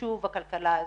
חשובה הכלכלה הזו.